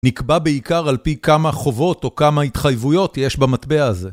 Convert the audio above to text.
נקבע בעיקר על פי כמה חובות או כמה התחייבויות יש במטבע הזה.